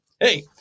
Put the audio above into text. Hey